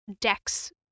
dex